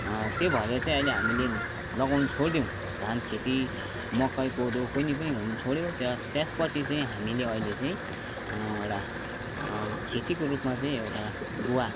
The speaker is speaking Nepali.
त्यो भएर चाहिँ अहिले हामीले लगाउनु छोडिदियौँ धान खेती मकै कोदो कुनै पनि हुनु छोड्यो त्यस त्यसपछि चाहिँ हामीले अहिले चाहिँ एउटा खेतीको रुपमा चाहिँ एउटा गुवा